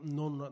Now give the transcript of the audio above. non